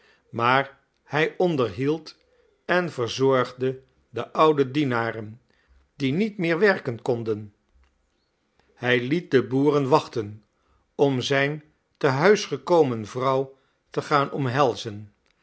maar hij onderhield en verzorgde de oude dienaren die niet meer werken konden hij liet de boeren wachten om zijn te huis gekomen vrouw te gaan omhelzen